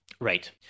Right